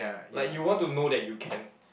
like you want to know that you can